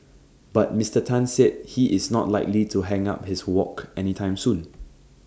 but Mister Tan said he is not likely to hang up his wok anytime soon